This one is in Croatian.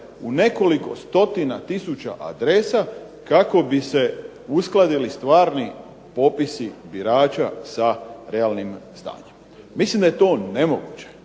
u nekoliko stotina tisuća adresa kako bi se uskladili stvarni popisi birača sa realnim stanjem. Mislim da je to nemoguće